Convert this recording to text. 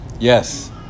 Yes